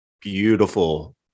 beautiful